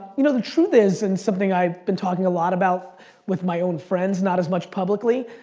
you know the truth is and something i've been talking a lot about with my own friends, not as much publicly,